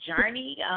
journey